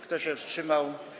Kto się wstrzymał?